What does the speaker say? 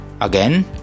Again